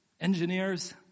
engineers